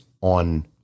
on